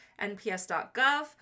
NPS.gov